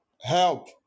help